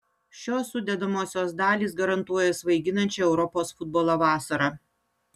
šios sudedamosios dalys garantuoja svaiginančią europos futbolo vasarą